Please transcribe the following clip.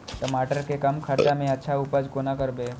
टमाटर के कम खर्चा में अच्छा उपज कोना करबे?